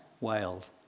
Wailed